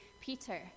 Peter